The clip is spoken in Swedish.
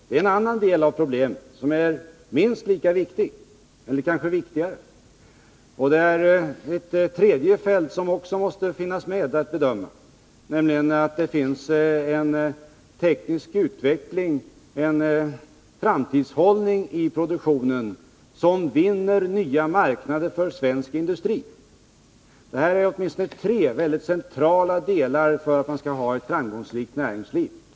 Det är en annan del av problemet som är minst lika viktigt eller kanske viktigare. Där finns också ett tredje led, nämligen att vi har en teknisk utveckling, en framtidshållning i produktionen, som vinner nya marknader för svensk industri. Detta är åtminstone tre mycket centrala delar som behövs för att man skall kunna ha ett framgångsrikt näringsliv.